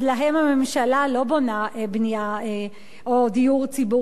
אז להם הממשלה לא בונה דיור ציבורי.